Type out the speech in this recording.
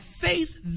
face